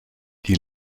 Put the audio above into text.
die